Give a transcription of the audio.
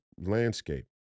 landscape